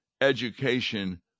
education